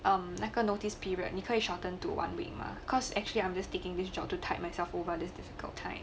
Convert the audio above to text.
um 那个 notice period 你可以 shortened to one week mah cause actually I'm just taking this job too tight myself over this difficult time